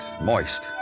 moist